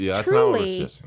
truly